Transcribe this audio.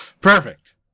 perfect